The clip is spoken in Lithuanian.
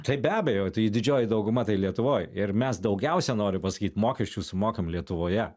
tai be abejo tai didžioji dauguma tai lietuvoj ir mes daugiausia noriu pasakyt mokesčių sumokam lietuvoje